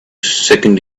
second